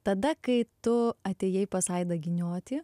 tada kai tu atėjai pas aidą giniotį